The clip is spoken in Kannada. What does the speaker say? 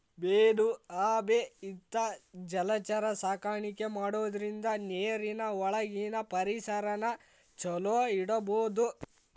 ಮೇನು ಆಮೆ ಇಂತಾ ಜಲಚರ ಸಾಕಾಣಿಕೆ ಮಾಡೋದ್ರಿಂದ ನೇರಿನ ಒಳಗಿನ ಪರಿಸರನ ಚೊಲೋ ಇಡಬೋದು